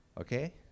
Okay